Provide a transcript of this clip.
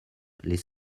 les